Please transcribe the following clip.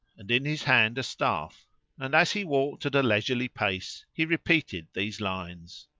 and in his hand a staff and, as he walked at a leisurely pace, he repeated these lines